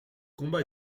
combat